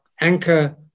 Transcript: anchor